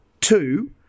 Two